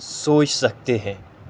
سوچ سکتے ہیں